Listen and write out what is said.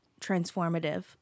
transformative